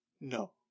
No